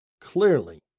clearly